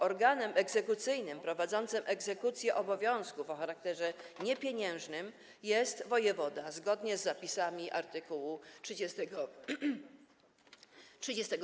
Organem egzekucyjnym prowadzącym egzekucję obowiązków o charakterze niepieniężnym jest wojewoda, zgodnie z zapisami art. 37a.